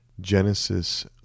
Genesis